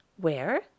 Where